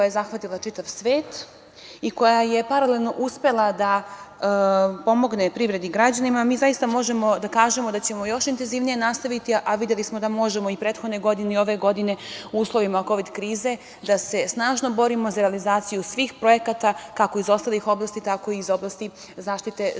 koja je zahvatila čitav svet i koja je paralelno uspela da pomogne privredi i građanima, mi zaista možemo da kažemo da ćemo još intenzivnije nastaviti, a videli smo da možemo, i prethodne godine i ove godine, u uslovima kovid krize, da se snažno borimo za realizaciju svih projekata, kako iz ostalih oblasti, tako i iz oblasti zaštite životne